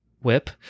whip